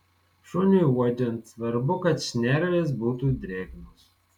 šuniui uodžiant svarbu kad šnervės būtų drėgnos